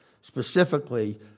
Specifically